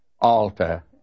altar